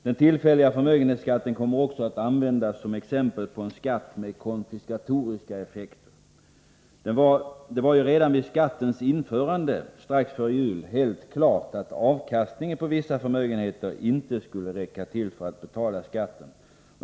Den tillfälliga förmögenhetsskatten kommer också att användas som exempel på en skatt med konfiskatoriska effekter. Det var ju redan vid skattens införande strax före jul helt klart att avkastningen på vissa förmögenheter inte skulle räcka till för att betala skatten.